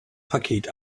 paket